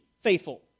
faithful